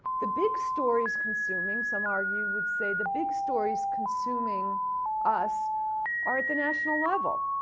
the big stories consuming, some argue, would say, the big stories consuming us are at the national level.